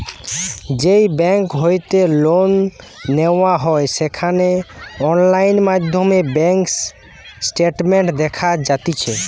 যেই বেংক হইতে লোন নেওয়া হয় সেখানে অনলাইন মাধ্যমে ব্যাঙ্ক স্টেটমেন্ট দেখা যাতিছে